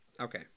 Okay